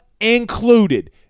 included